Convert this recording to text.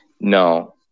No